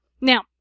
Now